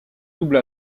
double